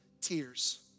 tears